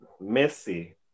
Messi